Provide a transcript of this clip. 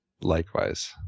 likewise